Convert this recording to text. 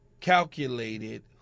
calculated